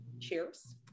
cheers